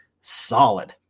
solid